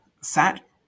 sat